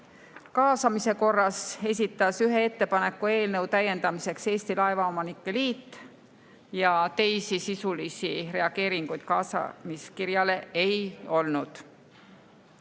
kaasamise korras esitas ühe ettepaneku eelnõu täiendamiseks Eesti Laevaomanike Liit. Teisi sisulisi reageeringuid kaasamiskirjale ei